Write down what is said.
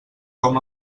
com